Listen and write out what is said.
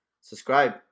subscribe